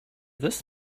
this